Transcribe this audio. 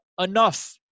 enough